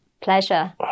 pleasure